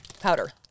powder